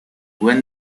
when